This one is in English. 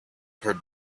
heard